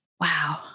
wow